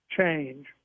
change